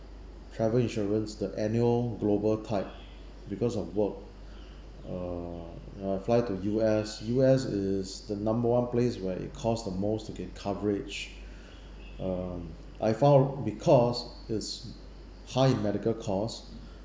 travel insurance the annual global type because of work uh and I fly to U_S U_S is the number one place where it cost the most to get coverage um I found because it's high in medical cost